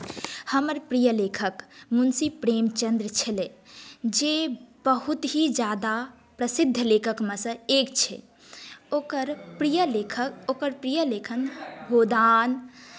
हमर प्रिय लेखक मुन्शी प्रेमचन्द्र छलथि जे बहुत ही ज्यादा प्रसिद्ध लेखकमे सँ एक छथि ओकर प्रिय लेखक ओकर प्रिय लेखन गोदान